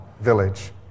village